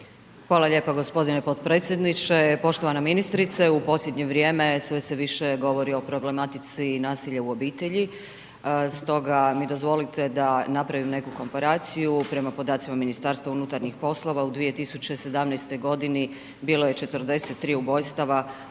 Hvala lijepo gospodine potpredsjedniče. Poštovana ministrice u posljednje vrijeme, sve se više govori o problematici nasilja u obitelji, stoga mi dozvolite da napravim neku …/Govornik se ne razumije./… prema podacima Ministarstva unutarnjih poslova, u 2017. g. bilo je 43 ubojstava,